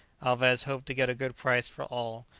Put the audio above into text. alvez hoped to get a good price for all,